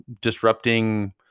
disrupting